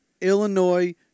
Illinois